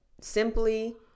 simply